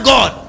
God